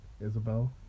Isabel